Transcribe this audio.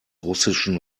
russischen